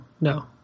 No